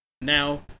Now